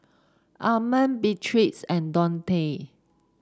Armond Beatriz and Donte